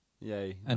Yay